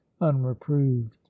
unreproved